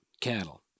cattle